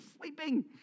sleeping